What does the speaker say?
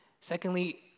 Secondly